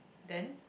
then